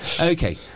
Okay